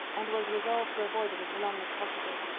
and was resolved to avoid it as long as possible.